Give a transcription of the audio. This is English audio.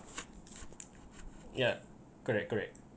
ya correct correct